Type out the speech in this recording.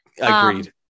Agreed